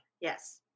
Yes